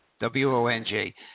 W-O-N-G